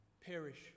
perish